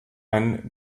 ein